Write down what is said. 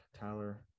Tyler